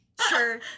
sure